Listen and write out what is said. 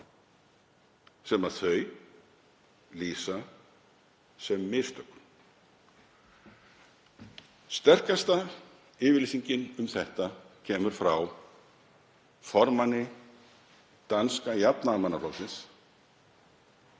sem þau lýsa sem mistökum. Sterkasta yfirlýsingin um þetta kemur frá formanni danska jafnaðarmannaflokksins